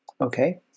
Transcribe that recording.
okay